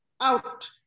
out